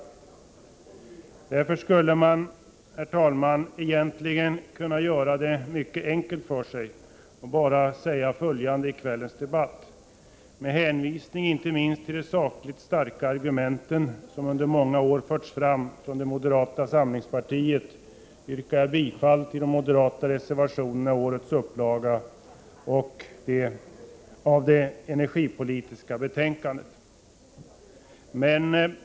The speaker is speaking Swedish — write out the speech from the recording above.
Egentligen skulle man, herr talman, kunna göra det mycket enkelt för sig och bara säga följande i kvällens debatt: Med hänvisning inte minst till de sakliga starka argumenten som under många år förts fram från det moderata samlingspartiet yrkar jag bifall till de moderata reservationerna i årets upplaga av det energipolitiska betänkandet.